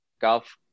golf